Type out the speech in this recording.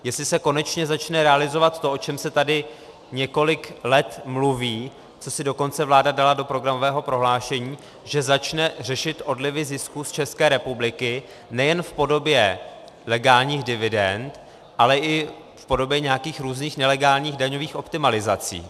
Jestli se konečně začne realizovat to, o čem se tady několik let mluví, co si dokonce vláda dala do programového prohlášení, že začne řešit odlivy zisků z České republiky nejen v podobě legálních dividend, ale i v podobě nějakých různých nelegálních daňových optimalizací.